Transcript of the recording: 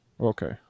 Okay